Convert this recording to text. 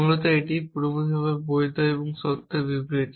মূলত এটিই পুরোপুরি বৈধ সত্য বিবৃতি